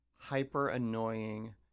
hyper-annoying